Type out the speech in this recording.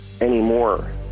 anymore